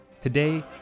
Today